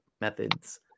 methods